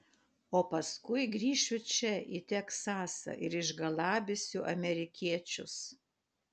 o paskui grįšiu čia į teksasą ir išgalabysiu amerikiečius